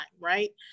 right